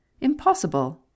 Impossible